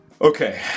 Okay